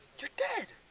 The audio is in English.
you're dead.